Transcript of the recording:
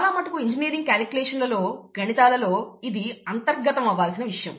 చాలామటుకు engineering calculation లలో గణితాలలో ఇది అంతర్గతం అవ్వాల్సిన విషయం